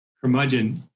curmudgeon